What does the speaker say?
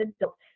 adult